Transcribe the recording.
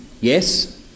Yes